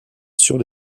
sur